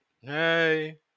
hey